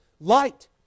light